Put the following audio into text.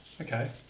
Okay